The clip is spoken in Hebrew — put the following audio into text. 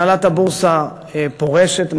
הנהלת הבורסה פורשת,